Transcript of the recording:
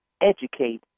educate